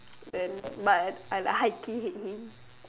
then but I I like high key hate him